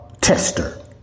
tester